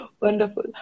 Wonderful